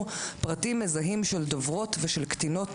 פרטים מזהים של דוברות ושל קטינות,